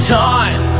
time